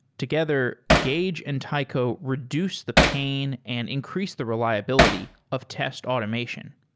together, gauge and taiko reduce the pain and increase the reliability of test automation.